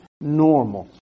normal